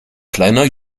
kleiner